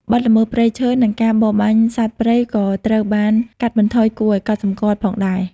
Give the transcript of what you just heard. បទល្មើសព្រៃឈើ និងការបរបាញ់សត្វព្រៃក៏ត្រូវបានកាត់បន្ថយគួរឱ្យកត់សម្គាល់ផងដែរ។